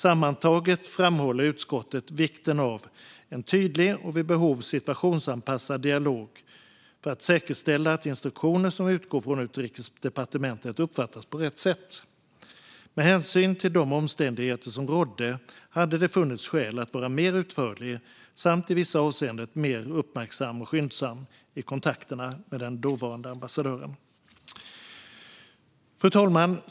Sammantaget framhåller utskottet vikten av en tydlig och vid behov situationsanpassad dialog för att säkerställa att instruktioner som utgår från Utrikesdepartementet uppfattas på rätt sätt. Med hänsyn till de omständigheter som rådde hade det funnits skäl att vara mer utförlig samt i vissa avseenden mer uppmärksam och skyndsam i kontakterna med den dåvarande ambassadören. Fru talman!